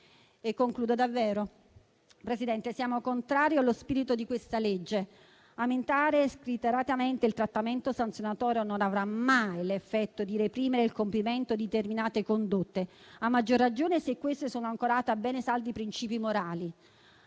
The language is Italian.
in conclusione, siamo contrari allo spirito di questa legge: aumentare scriteriatamente il trattamento sanzionatorio non avrà mai l'effetto di reprimere il compimento di determinate condotte, a maggior ragione se sono ancorate a ben saldi principi morali.